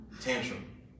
tantrum